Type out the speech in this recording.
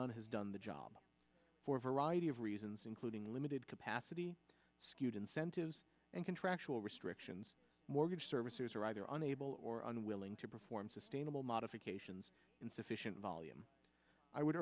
none has done the job for a variety of reasons including emitted capacity skewed incentives and contractual restrictions mortgage services are either unable or unwilling to perform sustainable modifications in sufficient volume i would